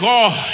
God